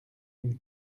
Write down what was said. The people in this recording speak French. une